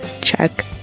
check